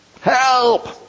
Help